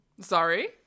Sorry